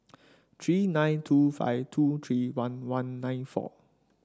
three nine two five two three one one nine four